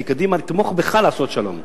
כי קדימה תתמוך בך כדי לעשות שלום,